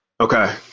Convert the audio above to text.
Okay